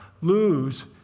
lose